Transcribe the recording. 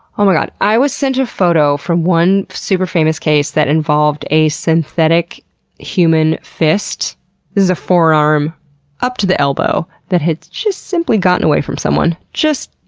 oh my god. i was sent a photo from one super-famous case that involved a synthetic human fist this is a forearm up to the elbow that had just simply gotten away from someone. just,